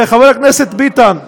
חבר הכנסת ביטן,